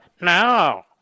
No